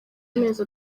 amezi